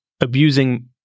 abusing